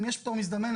אם יש תור מזדמן,